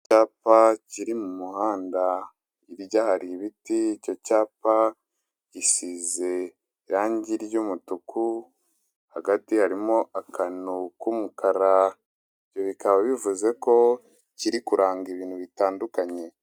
Icyapa kiri mu muhanda, hirya hari ibiti icyo cyapa gisize irangi ry'umutuku hagati harimo akantu k'umuka ibyo bikaba bivuze ko kiri kuranga ibintu bitandukanye.